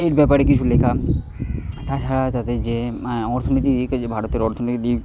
এই ব্যাপারে কিছু লেখা তাছাড়াও তাদের যে অর্থনীতি দিকে যে ভারতের অর্থনীতি